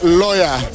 lawyer